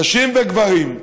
נשים וגברים,